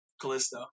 callisto